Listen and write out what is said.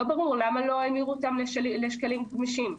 לא ברור למה לא המירו אותן לשקלים גמישים,